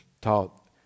taught